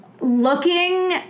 looking